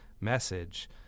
message